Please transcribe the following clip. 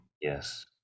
Yes